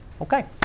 Okay